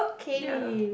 ya